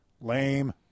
Lame